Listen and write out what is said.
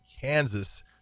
Kansas